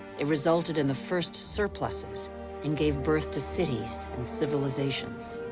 it resulted in the first surpluses and gave birth to cities and civilizations.